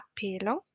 pelo